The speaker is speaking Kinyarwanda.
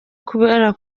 kubera